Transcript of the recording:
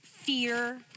Fear